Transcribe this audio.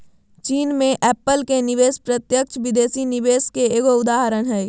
चीन मे एप्पल के निवेश प्रत्यक्ष विदेशी निवेश के एगो उदाहरण हय